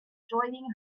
joining